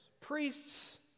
Priests